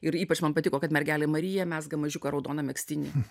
ir ypač man patiko kad mergelė marija mezga mažiuką raudoną megztinį